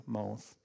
mouth